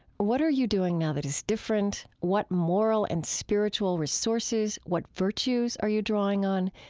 what are you doing now that is different? what moral and spiritual resources, what virtues, are you drawing on?